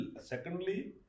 secondly